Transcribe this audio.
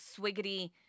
swiggity